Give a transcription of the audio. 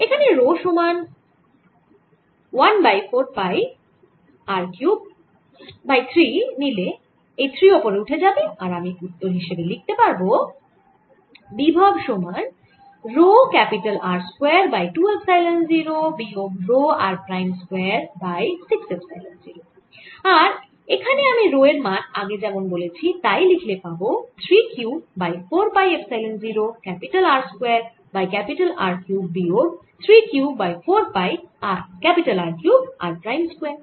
এখানে রো সমান by 4 pi R cube by 3 নিলে এই 3 ওপরে উঠে যাবে আর আমি উত্তর হিসেবে লিখতে পারব বিভব V r সমান rho R square by 2 epsilon 0 বিয়োগ rho r prime square by 6 epsilon 0 আর এখানে আমি রো এর মান আগে যেমন বলেছি তাই লিখলে পাবো 3 Q by 4 pi epsilon 0 R square by R cube বিয়োগ 3 Q by 4 pi R cube r prime square